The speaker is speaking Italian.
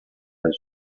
del